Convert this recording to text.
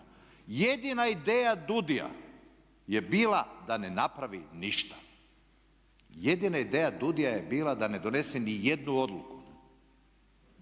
Jedina ideja DUDI-a je bila da ne napravi ništa, jedina ideja DUDI-a je bila da ne donese ni jednu odluku